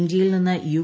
ഇന്ത്യയിൽ നിന്ന് യു